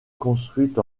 construite